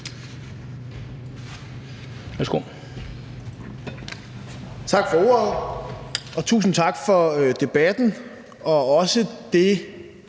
(V): Tak for ordet, og tusind tak for debatten, og også tak